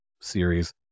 series